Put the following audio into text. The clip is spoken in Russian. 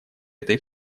этой